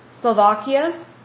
Slovakia